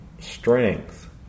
strength